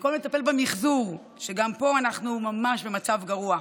במקום לטפל במחזור, שגם פה אנחנו במצב ממש גרוע,